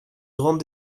grande